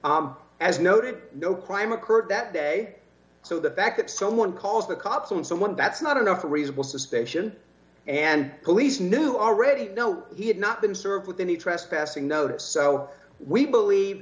as noting no crime occurred that day so the fact that someone calls the cops on someone that's not enough reasonable suspicion and police knew already know he had not been served with any trespassing notice so we believe